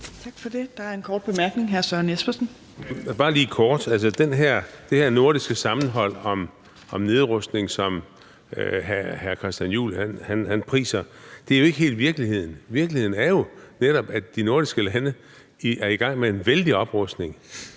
Det her nordiske sammenhold om nedrustning, som hr. Christian Juhl priser, er jo ikke helt virkeligheden. Virkeligheden er jo netop, at de nordiske lande er i gang med en vældig oprustning.